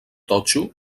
totxo